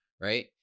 right